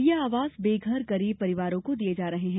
ये आवास बेघर गरीब परिवारों को दिये जा रहे हैं